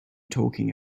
talking